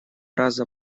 раза